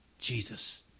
Jesus